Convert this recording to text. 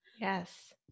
Yes